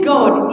God